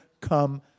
come